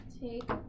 take